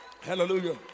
hallelujah